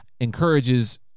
encourages